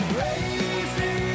Crazy